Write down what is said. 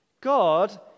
God